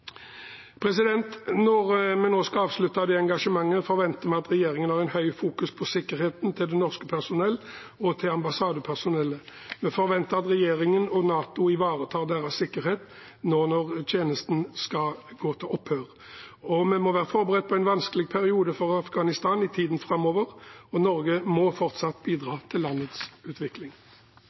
Når vi nå skal avslutte dette engasjementet, forventer vi at regjeringen har høyt fokus på sikkerheten til det norske personellet og til ambassadepersonellet. Vi forventer at regjeringen og NATO ivaretar deres sikkerhet når tjenesten nå skal gå til opphør. Vi må være forberedt på en vanskelig periode for Afghanistan i tiden framover, og Norge må fortsatt bidra til landets utvikling.